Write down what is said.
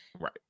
Right